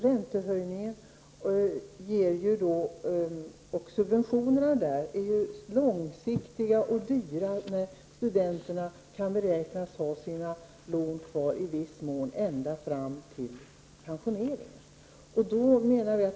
Räntehöjningen och subventionerna är långsiktiga och dyra, när studenterna kan beräknas ha sina lån kvar i viss mån ända fram till pensioneringen.